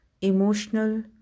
emotional